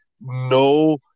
no